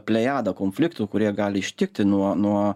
plejadą konfliktų kurie gali ištikti nuo nuo